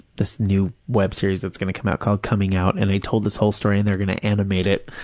this new web series that's going to come out called coming out, and i told this whole story and they're going to animate it.